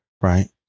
right